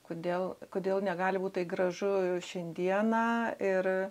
kodėl kodėl negali būt tai gražu šiandiena ir